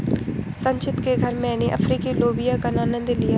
संचित के घर मैने अफ्रीकी लोबिया का आनंद लिया